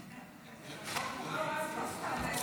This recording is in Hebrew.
5 נתקבלו.